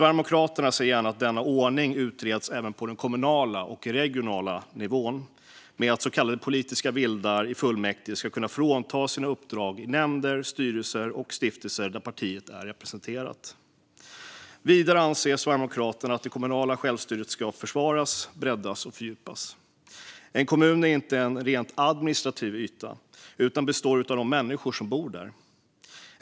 Sverigedemokraterna ser gärna att denna ordning utreds även på den kommunala och regionala nivån så att så kallade politiska vildar i fullmäktige ska kunna fråntas sina uppdrag i nämnder, styrelser och stiftelser där partiet är representerat. Vidare anser Sverigedemokraterna att det kommunala självstyret ska försvaras, breddas och fördjupas. En kommun är inte en rent administrativ yta utan består av de människor som bor där.